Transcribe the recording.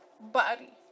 body